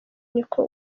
niko